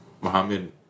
Muhammad